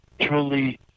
truly